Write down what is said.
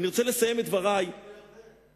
אני רוצה לסיים את דברי, ירדן.